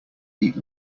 eat